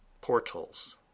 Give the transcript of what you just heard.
portals